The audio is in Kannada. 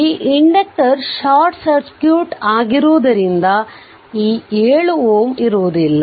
ಈ ಇಂಡಕ್ಟರ್ ಶಾರ್ಟ್ ಸರ್ಕ್ಯೂಟ್ ಆಗಿರುವುದರಿಂದ ಈ 7 Ω ಇರುವುದಿಲ್ಲ